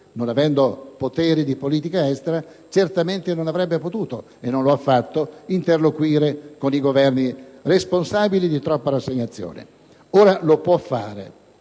non avendo poteri di politica estera certamente non avrebbe potuto, e non lo ha fatto, interloquire con i Governi responsabili di troppa rassegnazione. Ora lo può fare,